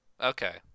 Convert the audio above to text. Okay